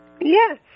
Yes